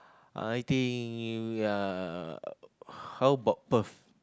I think ya how about Perth